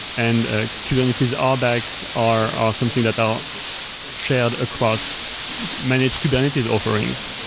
and ah kubernetes ah rbacs are are something that are shared across managed kubernetes offerings.